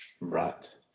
Right